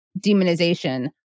demonization